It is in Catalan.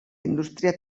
indústria